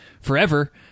forever